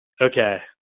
Okay